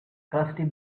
crusty